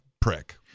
prick